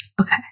Okay